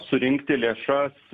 surinkti lėšas